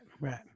right